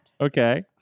okay